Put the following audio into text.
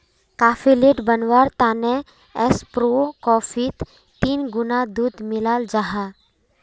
cafe latte बनवार तने espresso कोफ्फीत तीन गुणा दूध मिलाल जाहा